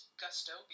Gusto